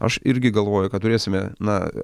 aš irgi galvoju kad turėsime na